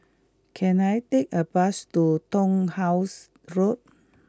can I take a bus to Turnhouse Road